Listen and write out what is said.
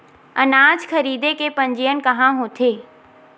अनाज खरीदे के पंजीयन कहां होथे?